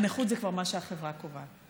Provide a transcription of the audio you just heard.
הנכות זה כבר מה שהחברה קובעת.